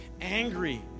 angry